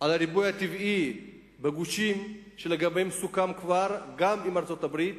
על הריבוי הטבעי בגושים שלגביהם סוכם כבר גם עם ארצות-הברית,